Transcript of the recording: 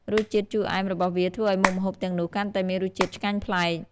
រសជាតិជូរអែមរបស់វាធ្វើឲ្យមុខម្ហូបទាំងនោះកាន់តែមានរសជាតិឆ្ងាញ់ប្លែក។